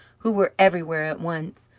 who were everywhere at once.